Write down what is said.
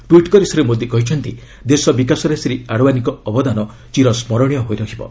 tweet କରି ଶ୍ରୀ ମୋଦି କହିଛନ୍ତି ଦେଶ ବିକାଶରେ ଶ୍ରୀ ଆଡ଼ୱାନିଙ୍କ ଅବଦାନ ଚିରସ୍କରଣୀୟ ହୋଇ ରହିବେ